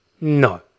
No